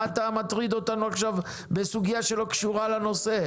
מה אתה מטריד אותנו עכשיו בסוגיה שלא קשורה לנושא?